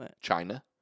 China